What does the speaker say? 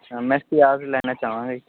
ਅੱਛਾ ਮੈਂ ਸਿਆਜ ਲੈਣਾ ਚਾਵਾਂਗਾ ਜੀ